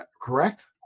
correct